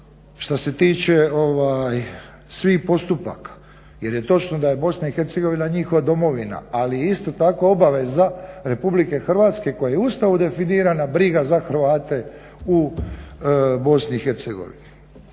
što se tiče svih postupaka jer je točno da je BIH njihova domovina, ali isto tako obaveza RH koja je u Ustavu definirana briga za Hrvate u BIH. ono